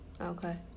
Okay